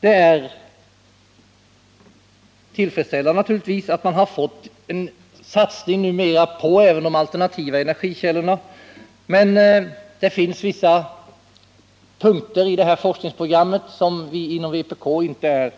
Det är naturligtvis tillfredsställande att man fått en satsning även på de alternativa energikällorna, men det finns vissa punkter i detta forskningsprogram som vi inom vpk inte är